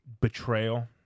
betrayal